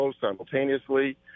simultaneously